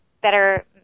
better